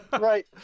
right